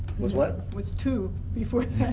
was what? was two before